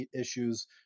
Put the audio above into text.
issues